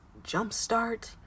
jumpstart